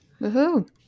Woohoo